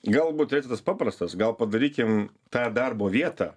galbūt receptas paprastas gal padarykim tą darbo vietą